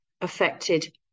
affected